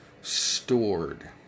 stored